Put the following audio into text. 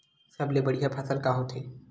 सबले बढ़िया फसल का होथे?